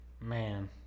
Man